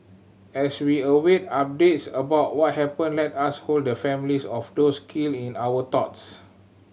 as we await updates about what happened let us hold the families of those killed in our thoughts